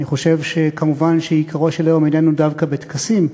אני חושב שמובן שעיקרו של היום איננו דווקא בטקסים,